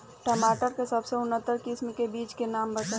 टमाटर के सबसे उन्नत किस्म के बिज के नाम बताई?